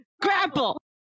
grapple